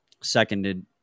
seconded